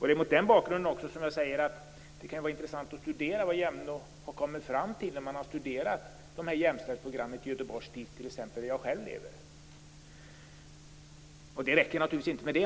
Det är mot den bakgrunden som jag säger att det kan vara intressant att veta vad JämO har kommit fram till när man har studerat jämställdhetsprogrammet i Göteborgs stift, t.ex., där jag själv lever. Det räcker naturligtvis inte med det.